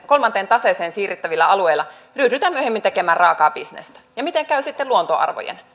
kolmanteen taseeseen siirrettävillä alueilla ryhdytään myöhemmin tekemään raakaa bisnestä miten käy sitten luontoarvojen